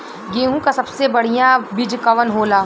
गेहूँक सबसे बढ़िया बिज कवन होला?